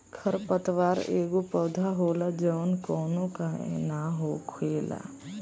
खर पतवार एगो पौधा होला जवन कौनो का के न हो खेला